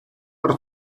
per